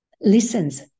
listens